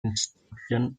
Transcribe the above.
instruction